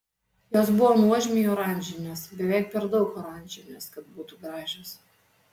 jos buvo nuožmiai oranžinės beveik per daug oranžinės kad būtų gražios